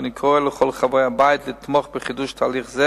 ואני קורא לכל חברי הבית לתמוך בחידוש תהליך זה